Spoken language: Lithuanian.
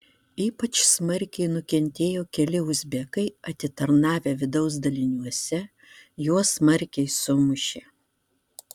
ypač smarkiai nukentėjo keli uzbekai atitarnavę vidaus daliniuose juos smarkiai sumušė